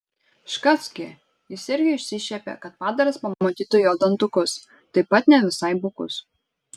škac gi jis irgi išsišiepė kad padaras pamatytų jo dantukus taip pat ne visai bukus